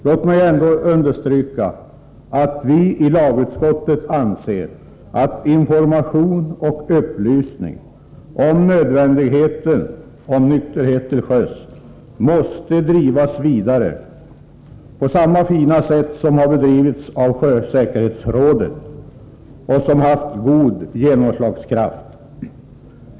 Låt mig ändå understryka att vi i lagutskottet anser att information och upplysning om nödvändigheten av nykterhet till sjöss måste drivas vidare på samma fina sätt som sjösäkerhetsrådet gjort och som haft god genomslagskraft.